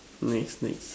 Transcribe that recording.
next next